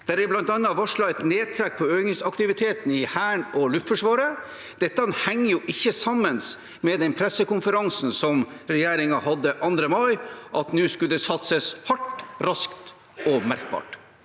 Det er bl.a. varslet et nedtrekk på øvingsaktiviteten i Hæren og Luftforsvaret. Dette henger jo ikke sammen med den pressekonferansen som regjeringen holdt 2. mai – at nå skulle det satses hardt, raskt og merkbart.